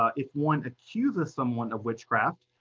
ah if one accuses someone of witchcraft,